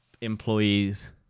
employees